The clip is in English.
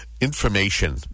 Information